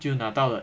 就拿到了